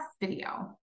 video